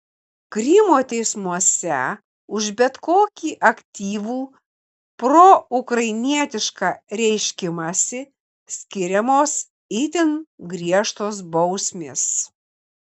krymo teismuose už bet kokį aktyvų proukrainietišką reiškimąsi skiriamos itin griežtos bausmės